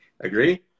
Agree